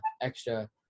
extra